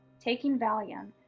taking valium,